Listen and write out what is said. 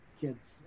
kids